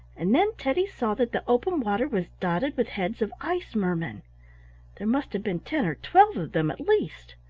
and then teddy saw that the open water was dotted with heads of ice-mermen there must have been ten or twelve of them at least.